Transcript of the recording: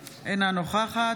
אינו נוכח שרן מרים השכל,